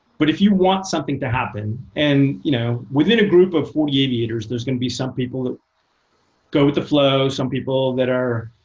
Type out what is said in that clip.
but if you want something to happen and you know within a group of forty aviators, there's going to be some people that go with the flow, some people that